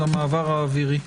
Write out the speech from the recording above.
למעבר האווירי.